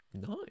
Nice